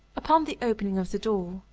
upon the opening of the door,